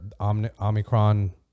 Omicron